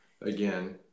again